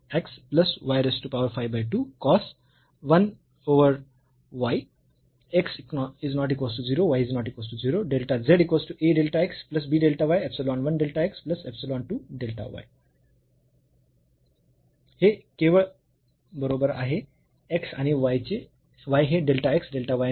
हे केवळ बरोबर आहे x आणि y हे डेल्टा x डेल्टा y ने बदलले जातील हा 0 आहे